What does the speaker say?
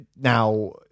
now